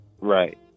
Right